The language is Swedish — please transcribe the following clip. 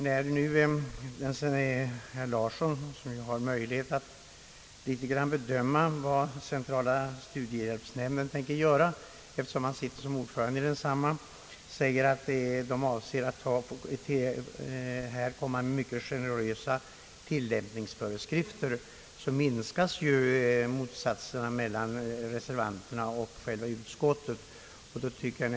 När nu herr Lars Larsson, som ju har möjlighet att bedöma vad centrala studiehjälpsnämnden tänker göra eftersom han sitter som ordförande i densamma, säger att man avser att använda sig av mycket generösa tillämpningsföreskrifter, så minskas därmed motsättningarna mellan reservanterna och utskottsmajoriteten.